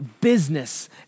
business